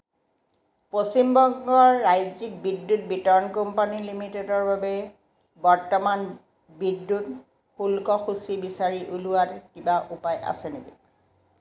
পশ্চিম বংগ ৰাজ্যিক বিদ্যুৎ বিতৰণ কোম্পানী লিমিটেডৰ বাবে বৰ্তমান বিদ্যুৎ শুল্ক সূচী বিচাৰি উলিওৱাত কিবা উপায় আছে নেকি